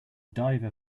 diver